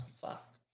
Fuck